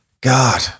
God